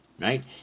Right